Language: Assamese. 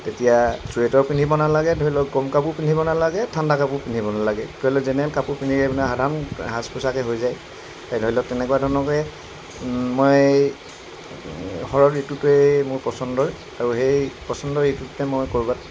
তেতিয়া চুৱেটাৰো পিন্ধিব নালাগে ধৰি লওক গৰম কাপোৰো পিন্ধিব নালাগে ঠাণ্ডা কাপোৰো পিন্ধিব নালাগে কি কৰিলে জেনেৰেল কাপোৰ পিন্ধি আপোনাৰ সাধাৰণ সাজ পোছাকেই হৈ যায় এই ধৰি লওক তেনেকুৱা ধৰণৰকেই মই শৰৎ ঋতুটোৱেই মোৰ পচন্দ হয় আৰু সেই পচন্দৰ ঋতুটোতে মই ক'ৰবাত